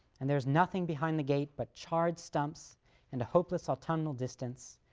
and there is nothing behind the gate but charred stumps and a hopeless autumnal distance,